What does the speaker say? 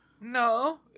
No